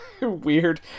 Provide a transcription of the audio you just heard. weird